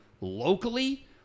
locally